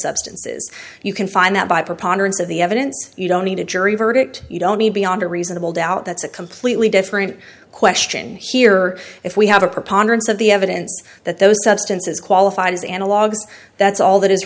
substances you can find that by preponderance of the evidence you don't need a jury verdict you don't need beyond a reasonable doubt that's a completely different question here if we have a preponderance of the evidence that those substances qualified as analogs that's all that is